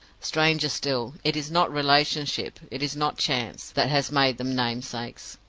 stranger still it is not relationship, it is not chance, that has made them namesakes.